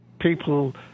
people